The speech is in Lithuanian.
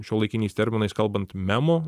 šiuolaikiniais terminais kalbant memu